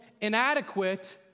inadequate